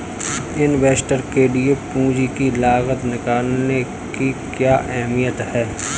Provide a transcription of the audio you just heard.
Investor के लिए पूंजी की लागत निकालने की क्या अहमियत है?